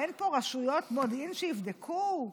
אין פה רשויות מודיעין שיבדקו?